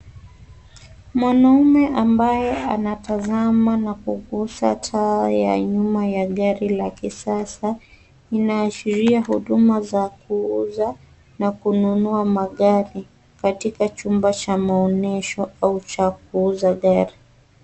Mwanaume ambaye anatazama na kugusa taa ya nyuma ya gari la kisaaa. Inaashiria huduma za kuuza na kununua magari katika chumba cha maonyesho au cha kuuza gari.